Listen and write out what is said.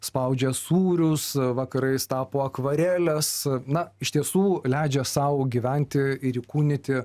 spaudžia sūrius vakarais tapo akvareles na iš tiesų leidžia sau gyventi ir įkūnyti